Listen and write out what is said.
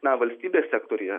na valstybės sektoriuje